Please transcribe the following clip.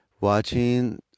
watching